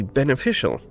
beneficial